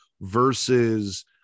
versus